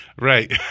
Right